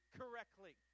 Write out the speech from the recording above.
correctly